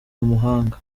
umuhanga